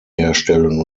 herstellen